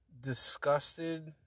disgusted